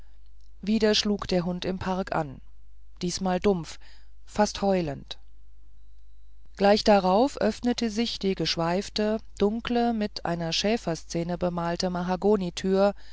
wieder schlug der hund im park an diesmal dumpf fast heulend gleich darauf öffnete sich die geschweifte dunkle mit einer schäferszene bemalte mahagonitür